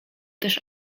też